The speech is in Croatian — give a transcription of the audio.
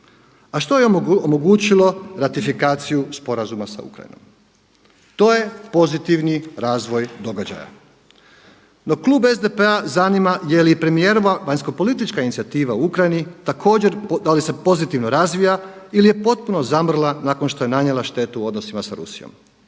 a što je omogućilo ratifikaciju sporazuma sa Ukrajinom. To je pozitivni razvoj događaja. No, klub SDP-a zanima je li i premijerova vanjskopolitička inicijativa u Ukrajini također, da li se pozitivno razvija ili je potpuno zamrla nakon što je nanijela štetu odnosima sa Rusijom?